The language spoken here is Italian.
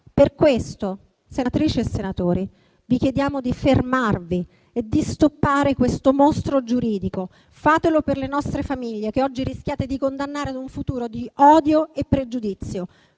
Per questo, senatrici e senatori, vi chiediamo di fermarvi e di stoppare questo mostro giuridico. Fatelo per le nostre famiglie, che oggi rischiate di condannare ad un futuro di odio e pregiudizio.